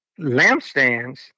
lampstands